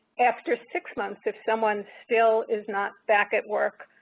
after six months of someone still is not back at work,